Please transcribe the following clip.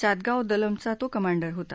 चातगाव दलमचा तो कमांडर होता